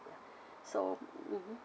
so mmhmm